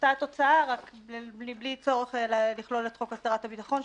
אותה תוצאה רק בלי צורך לכלול את חוק הסדרת הביטחון,